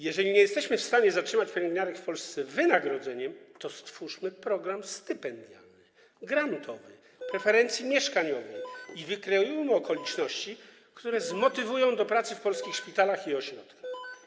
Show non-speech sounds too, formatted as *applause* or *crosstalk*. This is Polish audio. Jeżeli nie jesteśmy w stanie zatrzymać pielęgniarek w Polsce wynagrodzeniem, to stwórzmy program stypendialny, grantowy, *noise* preferencji mieszkaniowej i wykreujmy okoliczności, które zmotywują do pracy w polskich szpitalach i ośrodkach.